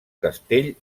castell